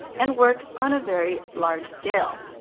and works on a very large scale.